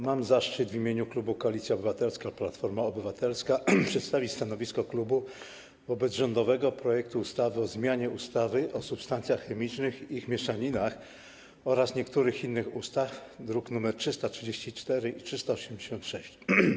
Mam zaszczyt w imieniu klubu Koalicja Obywatelska - Platforma Obywatelska przedstawić stanowisko klubu wobec rządowego projektu ustawy o zmianie ustawy o substancjach chemicznych i ich mieszaninach oraz niektórych innych ustaw, druki nr 334 i 386.